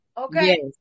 Okay